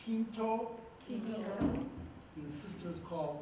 she called